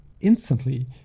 instantly